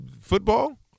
football